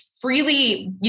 freely